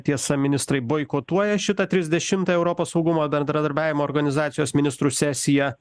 tiesa ministrai boikotuoja šitą trisdešimtą europos saugumo bendradarbiavimo organizacijos ministrų sesiją